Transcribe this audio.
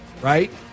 right